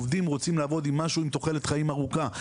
עובדים רוצים לעבוד עם משהו עם תוחלת חיים ארוכה.